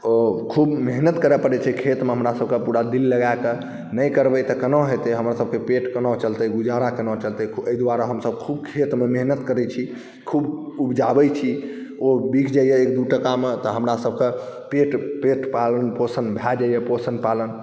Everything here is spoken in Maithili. ओ खूब मेहनति करऽ पड़ै छै खेतमे हमरासबके पूरा दिल लगाकऽ नहि करबै तऽ कोना हेतै हमर सबके पेट कोना चलतै गुजारा कोना चलतै एहि दुआरे हमसब खूब खेतमे मेहनति करै छी खूब उपजाबै छी ओ बिक जाइए एक दुइ टकामे तऽ हमरासबके पेट पालन पोषण भऽ जाइए पोषण पालन